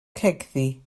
cegddu